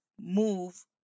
move